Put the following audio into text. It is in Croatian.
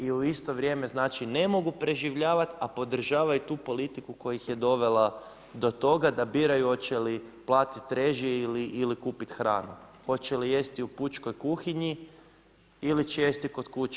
I u isto vrijeme, ne mogu preživljavati, a podržavaju tu politiku, koja ih je dovela do toga, da biraju hoće li platiti režije ili kupiti hranu, hoće li jesti u pučkoj kuhinji ili će jesti kod kuće.